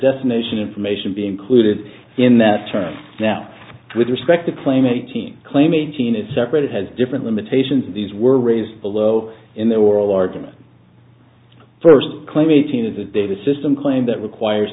destination information be included in that term now with respect to claim eighteen claim eighteen is separate it has different limitations these were raised below in their oral argument first claim eighteen is a data system claim that requires